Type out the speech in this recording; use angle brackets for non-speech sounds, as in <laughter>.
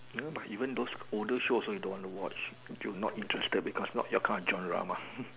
ya but even those older shows also you don't want to watch you're not interested because not your current kind of drama <laughs>